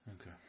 Okay